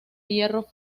hierro